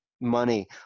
money